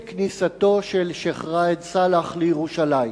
כניסתו של שיח' ראאד סלאח לירושלים,